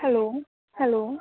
hello hello